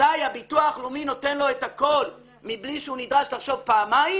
אזי הביטוח הלאומי נותן לו את הכל מבלי שהוא נדרש לחשוב פעמיים